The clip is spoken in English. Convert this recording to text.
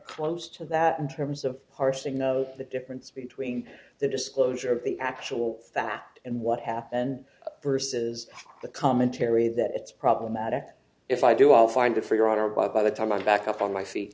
close to that in terms of parsing the the difference between the disclosure of the actual that and what happened versus the commentary that it's problematic if i do i'll find a figure on our blog by the time i'm back up on my feet